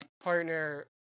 partner